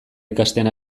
ikasten